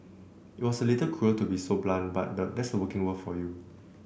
it's a little cruel to be so blunt but that's the working world for you